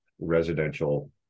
residential